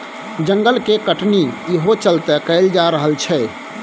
जंगल के कटनी इहो चलते कएल जा रहल छै